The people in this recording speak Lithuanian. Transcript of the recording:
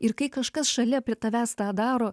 ir kai kažkas šalia prie tavęs tą daro